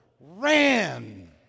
ran